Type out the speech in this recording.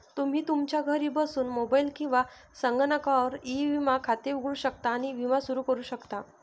तुम्ही तुमच्या घरी बसून मोबाईल किंवा संगणकावर ई विमा खाते उघडू शकता आणि विमा सुरू करू शकता